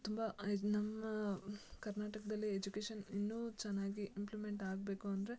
ತುಂಬ ಇದು ನಮ್ಮ ಕರ್ನಾಟಕದಲ್ಲಿ ಎಜುಕೇಶನ್ ಇನ್ನೂ ಚೆನ್ನಾಗಿ ಇಂಪ್ಲಿಮೆಂಟ್ ಆಗಬೇಕು ಅಂದರೆ